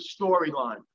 storyline